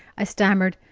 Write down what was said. i stammered,